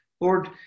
Lord